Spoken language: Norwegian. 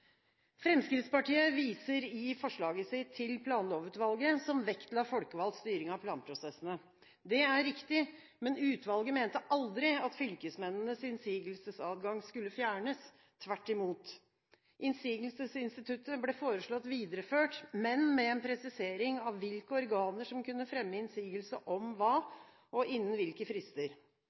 Fremskrittspartiet viser i forslaget sitt til planlovutvalget, som vektla folkevalgt styring av planprosessene. Det er riktig, men utvalget mente aldri at fylkesmennenes innsigelsesadgang skulle fjernes. Tvert imot. Innsigelsesinstituttet ble foreslått videreført, men med en presisering av hvilke organer som kunne fremme innsigelse om hva og innen hvilke frister.